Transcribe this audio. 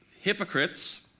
hypocrites